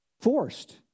forced